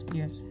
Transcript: yes